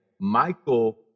Michael